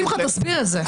שמחה, תסביר את זה.